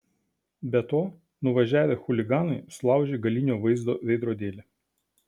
be to nuvažiavę chuliganai sulaužė galinio vaizdo veidrodėlį